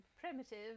Primitive